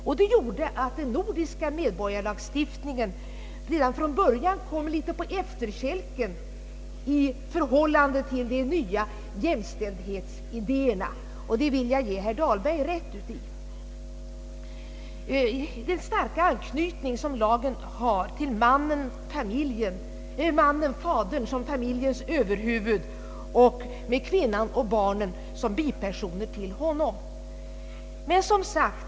Detta gjorde att den nordiska medborgarlagstiftningen redan från början genom den starka anknytning som lagen har till mannen-fadern som familjens överhuvud och med kvinnan och barnen som bipersoner till honom kom på efterkälken i förhållande till den större jämställdhet mellan man och kvinna i familjen, som nya föräldrabalken introducerade i Sverige. Jag vill ge herr Dahlberg rätt i detta.